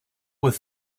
with